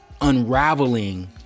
unraveling